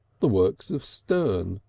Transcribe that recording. the works of sterne,